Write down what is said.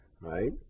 right